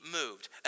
moved